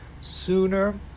sooner